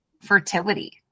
fertility